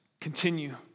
continue